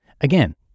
Again